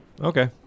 Okay